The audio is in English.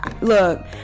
look